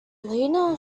lena